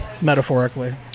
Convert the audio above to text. metaphorically